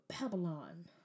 Babylon